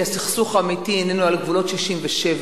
כי הסכסוך האמיתי אינו על גבולות 67',